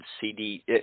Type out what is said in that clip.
CD